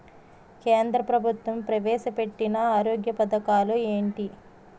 కేంద్ర ప్రభుత్వం ప్రవేశ పెట్టిన ఆరోగ్య పథకాలు ఎంటి?